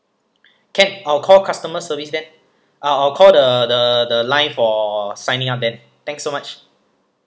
can I will call customer service then I'll I'll call the the the line for signing up then thanks so much